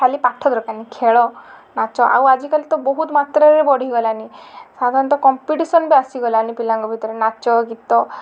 ଖାଲି ପାଠ ଦରକାର ନି ଖେଳ ନାଚ ଆଉ ଆଜି କାଲି ତ ବହୁତ ମାତ୍ରାରେ ବଢ଼ିଗଲାନି ସାଧାରଣତଃ କମ୍ପିଟିସନ୍ ବି ଆସିଗଲାନି ପିଲାଙ୍କ ଭିତରେ ନାଚ ଗୀତ